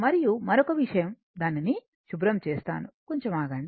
మరియు మరొక విషయం దానిని శుభ్రం చేస్తాను కొంచెం ఆగండి